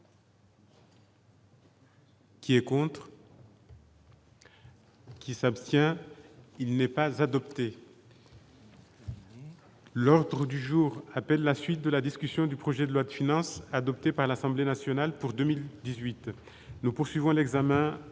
qui est pour. Qui s'abstient, il n'est pas adoptée. L'ordre du jour appelle la suite de la discussion du projet de loi de finances adoptées par l'Assemblée nationale pour 2018 : nous poursuivons l'examen